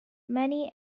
many